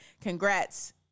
Congrats